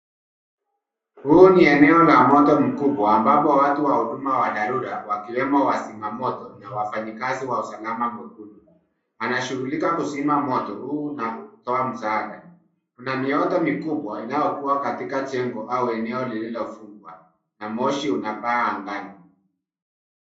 Huu ni eneo la moto mkubwa ambapo watu wa huduma wa dharura wakiwemo wasimamoto na wafanyikazi wa msalaba mwekundu. Anashughulika kuzima moto huu na kutoa msaada. Kuna mioto mikubwa inayokua katika jengo au eneo lililofungwa, na moshi unapaa angani.